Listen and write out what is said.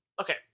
Okay